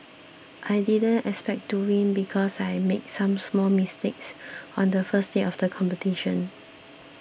I didn't expect to win because I made some small mistakes on the first day of the competition